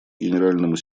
генеральному